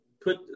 put